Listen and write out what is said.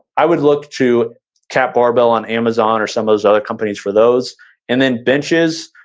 i would look to cap barbell on amazon or some of those other companies for those and then benches,